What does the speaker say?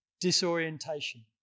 disorientation